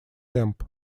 темп